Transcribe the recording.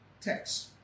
text